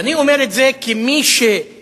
ואני אומר את זה כמי שחי